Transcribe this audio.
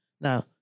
Now